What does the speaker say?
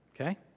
Okay